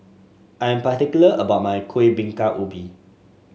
I am particular about my Kueh Bingka Ubi